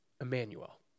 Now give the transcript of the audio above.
Emmanuel